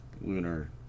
lunar